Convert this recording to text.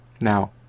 Now